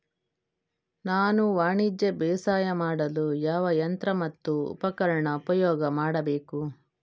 ನಾನು ವಾಣಿಜ್ಯ ಬೇಸಾಯ ಮಾಡಲು ಯಾವ ಯಂತ್ರ ಮತ್ತು ಉಪಕರಣ ಉಪಯೋಗ ಮಾಡಬೇಕು?